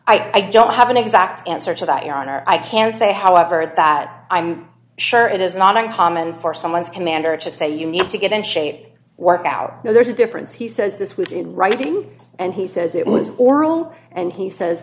d i don't have an exact answer to that your honor i can say however that i'm sure it is not uncommon for someone's commander to say you need to get in shape work out there's a difference he says this was in writing and he said it was oral and he says